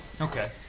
Okay